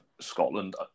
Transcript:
Scotland